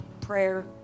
prayer